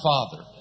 Father